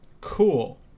Cool